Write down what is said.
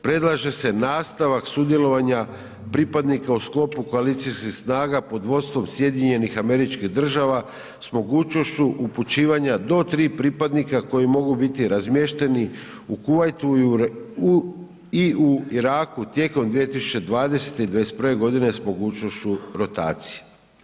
Predlaže se nastavak sudjelovanja pripadnika u sklopu koalicijskih snaga pod vodstvom SAD-a s mogućnošću upućivanja do 3 pripadnika koji mogu biti razmješteni u Kuvajtu i u Iraku tijekom 2020. i '21.g. s mogućnošću rotacije.